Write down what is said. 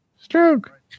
stroke